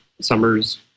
summers